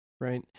right